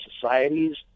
societies